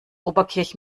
oberkirch